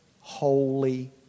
holy